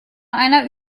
einer